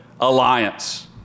Alliance